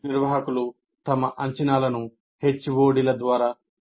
నిర్వాహకులు తన అంచనాలను HOD ల ద్వారా తెలియజేస్తారు